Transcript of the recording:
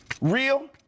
real